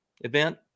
event